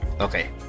okay